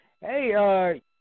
Hey